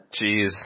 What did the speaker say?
jeez